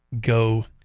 go